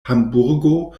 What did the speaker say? hamburgo